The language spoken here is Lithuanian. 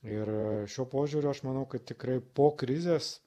ir šiuo požiūriu aš manau kad tikrai po krizės